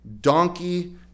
donkey